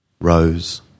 rose